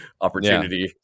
opportunity